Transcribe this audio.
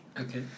Okay